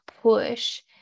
push